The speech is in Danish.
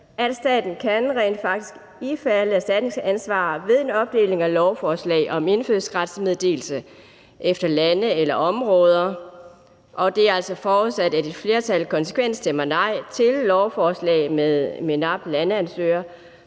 at staten rent faktisk kan ifalde erstatningsansvar ved en opdeling af lovforslag om indfødsretsmeddelelse efter lande eller områder, og det er altså forudsat, at et flertal konsekvent stemmer nej til lovforslag med ansøgere